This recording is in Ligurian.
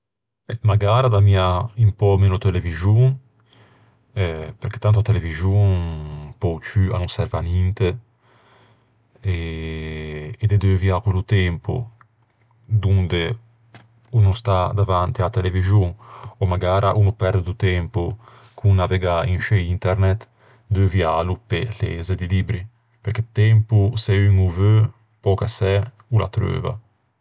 Magara d'ammia un pö meno televixon, eh, tanto a televixon pe-o ciù a no serve a ninte, e de deuviâ quello tempo donde o no stà davanti a-a televixon ò magara o no perde do tempo con navegâ in sce Internet, deuvialo pe leze di libbri. Tempo, se un o veu, pöcassæ o l'attreuva.